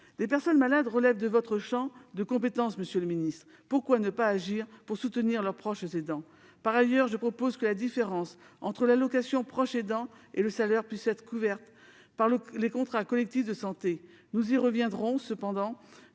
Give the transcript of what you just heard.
Les personnes malades relèvent de votre champ de compétence, monsieur le ministre. Pourquoi ne pas agir pour soutenir leurs proches aidants ? Par ailleurs, je propose que la différence entre l'allocation du proche aidant et le salaire puisse être couverte par les contrats collectifs de santé, en assortissant cette